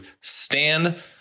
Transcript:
stand